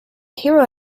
hero